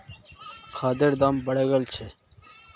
खादेर दाम बढ़े गेल छे